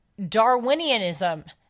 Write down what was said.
Darwinianism